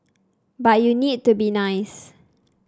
but you need to be nice